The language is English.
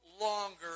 longer